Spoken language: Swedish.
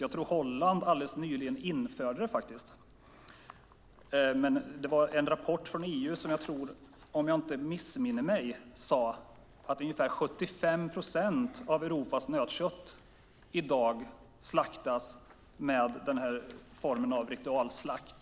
Jag tror att Holland alldeles nyligen införde förbudet. Det fanns en rapport från EU som, om jag inte missminner mig, sade att ungefär 75 procent av Europas nötkött i dag slaktas med den här formen av ritualslakt.